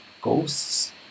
ghosts